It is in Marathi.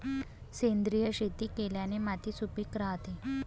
सेंद्रिय शेती केल्याने माती सुपीक राहते